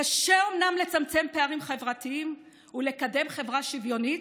קשה אומנם לצמצם פערים חברתיים ולקדם חברה שוויונית,